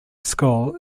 school